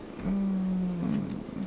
um